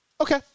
Okay